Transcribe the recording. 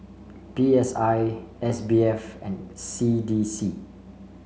P S I S B F and C D C